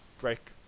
break